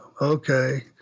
Okay